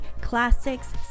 classics